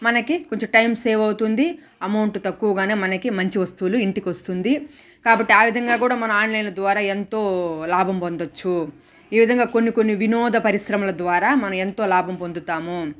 మనకి కొంచం time save అవుతుంది ఎమౌంట్ తక్కువగానే మనకి మంచి వస్తువులు ఇంటికొస్తుంది కాబట్టి ఆ విధంగాను మనం ఆన్లైన్ల ద్వారా ఎంతో లాభం బొందచ్చు ఈ విధంగా కొన్ని కొన్ని వినోద పరిశ్రమల ద్వారా మనం ఎంతో లాభం పొందుతాము